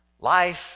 life